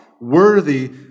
worthy